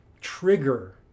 trigger